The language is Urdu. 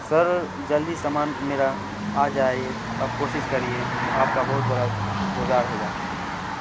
سر جلدی سامان میرا آ جائے یہ اب کوشش کریے آپ کا بہت بڑا شکر گزار ہوگا